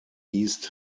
east